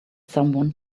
someone